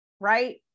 right